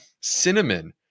Cinnamon